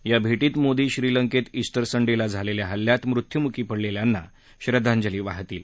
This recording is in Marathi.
या भेटीत मोदी श्रीलंकेत उट्टर संडेला झालेल्या हल्यात मृत्युमुखी पडलेल्यांना श्रद्वांजली वाहतील